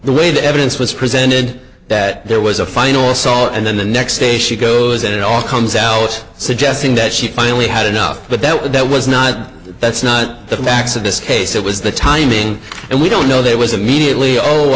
the way the evidence was presented that there was a final saul and then the next day she goes and it all comes out suggesting that she finally had enough but that would that was not that's not the facts of this case it was the timing and we don't know that was immediately oh